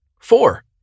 Four